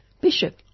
Bishop